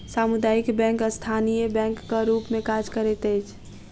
सामुदायिक बैंक स्थानीय बैंकक रूप मे काज करैत अछि